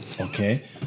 okay